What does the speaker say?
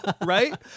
right